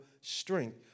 strength